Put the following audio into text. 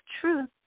truth